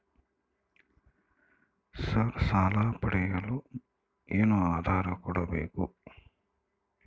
Sir ಸಾಲ ಪಡೆಯಲು ಏನು ಆಧಾರ ಕೋಡಬೇಕು?